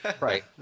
Right